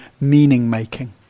meaning-making